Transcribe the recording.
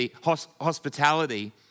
hospitality